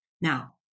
Now